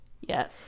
Yes